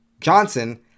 Johnson